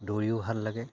দৌৰিও ভাল লাগে